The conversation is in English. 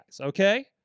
Okay